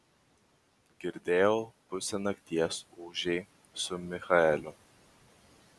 girdėjau pusę nakties ūžei su michaeliu